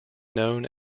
known